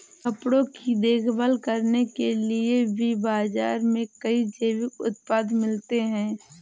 कपड़ों की देखभाल करने के लिए भी बाज़ार में कई जैविक उत्पाद मिलते हैं